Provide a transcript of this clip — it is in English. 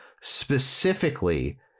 specifically